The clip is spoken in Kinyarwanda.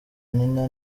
nina